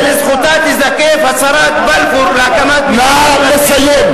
לזכותה תיזקף הצהרת בלפור להקמת מדינה פלסטינית.